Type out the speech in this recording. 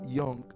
young